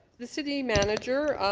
the city manager